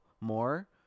more